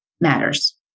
matters